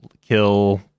kill